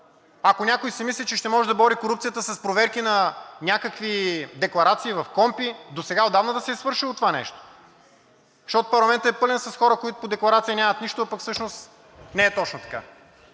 Ако някой си мисли, че ще може да бори корупцията с проверки на някакви декларации в КПКОНПИ, досега отдавна да се е свършило това нещо, защото парламентът е пълен с хора, които по декларации нямат нищо, а пък всъщност не е точно така.